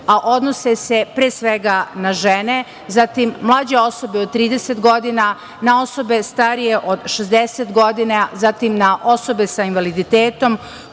a odnose se pre svega na žene, zatim mlađe osobe od 30 godina, na osobe starije od 60 godina, zatim na osobe sa invaliditetom,